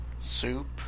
soup